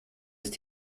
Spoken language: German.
ist